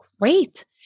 great